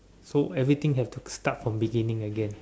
so everything have to start from beginning again